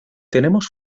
tenemos